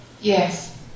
Yes